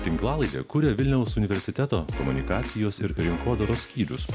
tinklalaidę kuria vilniaus universiteto komunikacijos ir rinkodaros skyrius